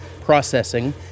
processing